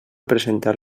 presentar